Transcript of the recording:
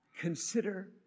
Consider